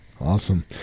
awesome